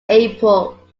april